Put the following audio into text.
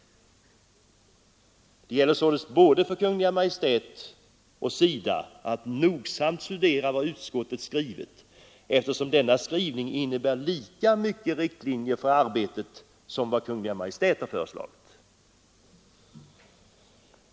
Det gäller således för både Kungl. Maj:t och SIDA att nogsamt studera vad utskottet skrivit, eftersom denna skrivning innebär lika mycket riktlinjer för arbetet som vad Kungl. Maj:t har föreslagit.